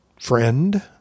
friend